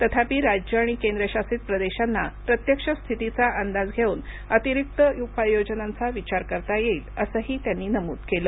तथापि राज्यं आणि केंद्रशासित प्रदेशांना प्रत्यक्ष स्थितीचा अंदाज घेऊन अतिरिक्त उपाययोजनांचा विचार करता येईल असंही त्यांनी नमूद केलं